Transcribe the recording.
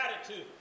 attitude